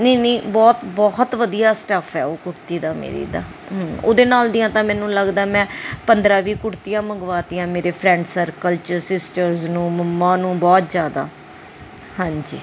ਨਹੀਂ ਨਹੀਂ ਬਹੁਤ ਬਹੁਤ ਵਧੀਆ ਸਟੱਫ ਹੈ ਉਹ ਕੁੜਤੀ ਦਾ ਮੇਰੀ ਦਾ ਹਮ ਉਹਦੇ ਨਾਲ ਦੀਆਂ ਤਾਂ ਮੈਨੂੰ ਲੱਗਦਾ ਮੈਂ ਪੰਦਰ੍ਹਾਂ ਵੀਹ ਕੁੜਤੀਆਂ ਮੰਗਵਾ ਤੀਆਂ ਮੇਰੇ ਫਰੈਂਡ ਸਰਕਲ 'ਚ ਸਿਸਟਰਸ ਨੂੰ ਮੰਮਾ ਨੂੰ ਬਹੁਤ ਜ਼ਿਆਦਾ ਹਾਂਜੀ